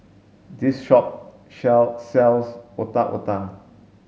this shop shell sells Otak Otak